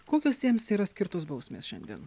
kokios jiems yra skirtos bausmės šiandien